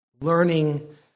learning